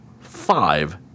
five